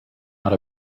out